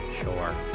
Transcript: sure